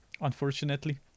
unfortunately